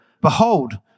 Behold